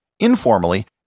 Informally